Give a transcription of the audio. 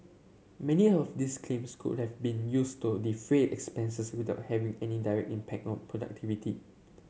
many of these claims could have been used to defray expenses without any direct impact on productivity